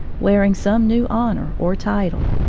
wearing some new honor or title.